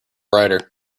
rider